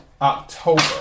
October